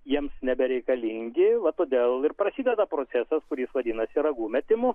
jiems nebereikalingi va todėl ir prasideda procesas kuris vadinasi ragų metimu